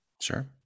Sure